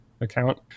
account